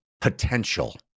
potential